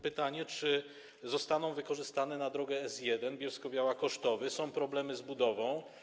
Pytanie, czy zostaną wykorzystane na drogę S1 Bielsko-Biała - Kosztowy, są problemy z budową.